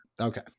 Okay